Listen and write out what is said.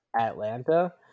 Atlanta